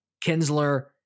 Kinsler